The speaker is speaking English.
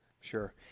Sure